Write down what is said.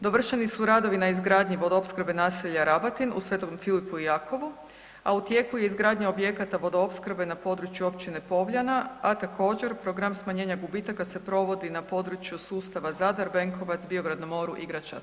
Dovršeni su radovi na izgradnji vodoopskrbe naselja RAbatin u Svetom Filipu i Jakovu, a u tijeku je izgradnja objekata vodoopskrbe na području Općine Povljana, a također program smanjenja gubitaka se provodi na području sustava Zadar, Benkovac, Biograd na moru i Gračac.